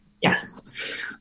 Yes